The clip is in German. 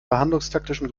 verhandlungstaktischen